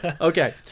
Okay